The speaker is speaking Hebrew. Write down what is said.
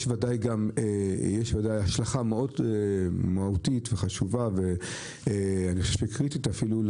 יש וודאי השלכה מהותית וחשובה מאוד וקריטית אפילו,